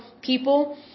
people